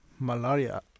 Malaria